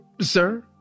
Sir